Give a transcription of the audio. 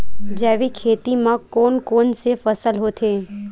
जैविक खेती म कोन कोन से फसल होथे?